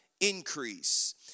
increase